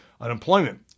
unemployment